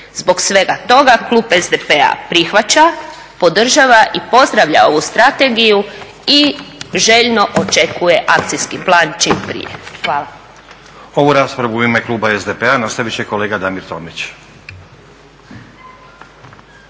Zbog svega toga klub SDP-a prihvaća, podržava i pozdravlja ovu strategiju i željno očekuje akcijski plan čim prije. Hvala. **Stazić, Nenad (SDP)** Ovu raspravu u ime kluba SDP-a nastavit će kolega Damir Tomić.